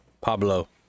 pablo